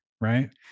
right